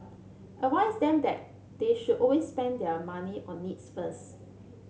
advise them that they should always spend their money on needs first